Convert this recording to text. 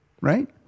right